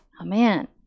Amen